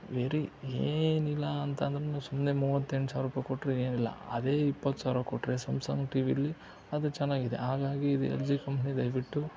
very ಏನಿಲ್ಲ ಅಂತದ್ರೂ ಸುಮ್ಮನೆ ಮುವತ್ತೆಂಟು ಸಾವಿರ ರೂಪಾಯಿ ಕೊಟ್ಟರೆ ಏನಿಲ್ಲ ಅದೇ ಇಪ್ಪತ್ತು ಸಾವಿರ ಕೊಟ್ಟರೆ ಸಮ್ಸಂಗ್ ಟಿ ವಿಯಲ್ಲಿ ಅದು ಚೆನ್ನಾಗಿದೆ ಹಾಗಾಗಿ ಇದು ಎಲ್ ಜಿ ಕಂಪ್ನಿ ದಯವಿಟ್ಟು